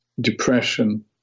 depression